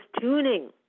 tuning